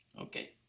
Okay